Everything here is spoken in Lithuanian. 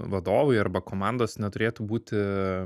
vadovai arba komandos neturėtų būti